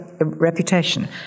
reputation